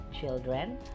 Children